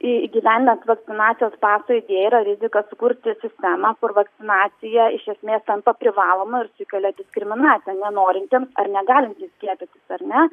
įgyvendinant vakcinacijos paso idėją yra rizika sukurti sistemą kur vakcinacija iš esmės tampa privaloma ir sukelia diskriminaciją nenorintiems ar negalintiems skiepytis ar ne